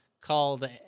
called